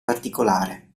particolare